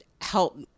help